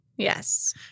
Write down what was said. Yes